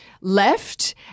left